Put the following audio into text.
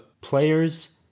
players